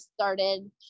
started